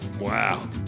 Wow